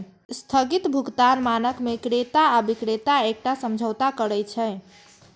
स्थगित भुगतान मानक मे क्रेता आ बिक्रेता एकटा समझौता करै छै